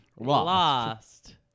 Lost